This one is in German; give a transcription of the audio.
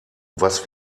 was